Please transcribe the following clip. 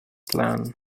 plan